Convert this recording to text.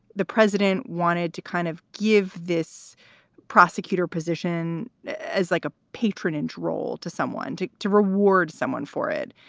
the president wanted to kind of give this prosecutor position as like a patronage role to someone to to reward someone for it.